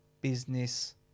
business